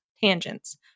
tangents